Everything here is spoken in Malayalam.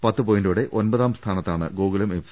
പത്ത് പോയിന്റോടെ ഒൻപതാം സ്ഥാനത്താണ് ഗോകുലം എഫ്